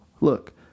look